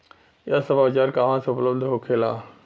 यह सब औजार कहवा से उपलब्ध होखेला?